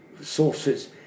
sources